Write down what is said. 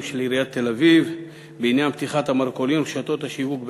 של עיריית תל-אביב בעניין פתיחת המרכולים ורשתות השיווק בשבת.